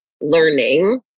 learning